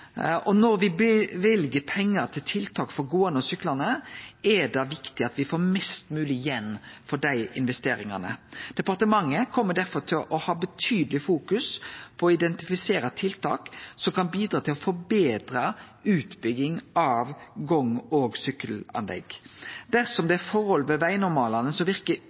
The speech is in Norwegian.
Når me løyver pengar til tiltak for gåande og syklande, er det viktig at me får mest mogleg igjen for dei investeringane. Departementet kjem derfor til å ha betydeleg fokus på å identifisere tiltak som kan bidra til å forbetre utbygging av gang- og sykkelanlegg. Dersom det er forhold ved vegnormalane som